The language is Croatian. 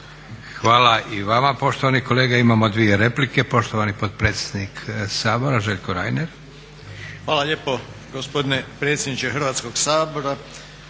Hvala i vama poštovani kolega. Imamo dvije replike, poštovani potpredsjednik Sabora, Željko Reiner. **Reiner, Željko (HDZ)** Hvala lijepo gospodine predsjedniče Hrvatskoga sabora.